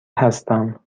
هستم